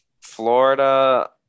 Florida